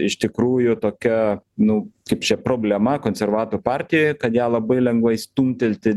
iš tikrųjų tokia nu kaip šia problema konservatorių partijoj kad ją labai lengvai stumtelti